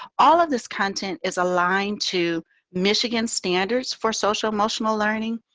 all of this content is aligned to michigan standards for social emotional learning,